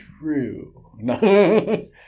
true